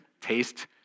taste